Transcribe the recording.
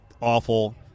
awful